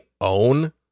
own